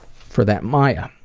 for that mya.